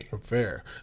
Fair